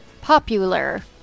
popular